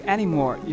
Anymore